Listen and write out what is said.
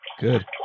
Good